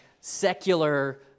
secular